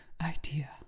idea